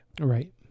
Right